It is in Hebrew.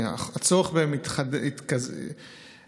והצורך בהן התחזק.